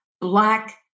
Black